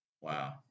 Wow